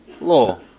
law